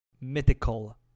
mythical